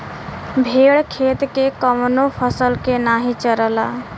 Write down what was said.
भेड़ खेत के कवनो फसल के नाही चरला